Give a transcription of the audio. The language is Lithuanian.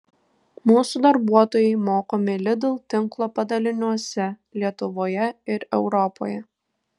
mūsų darbuotojai mokomi lidl tinklo padaliniuose lietuvoje ir europoje